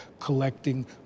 collecting